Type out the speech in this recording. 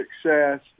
success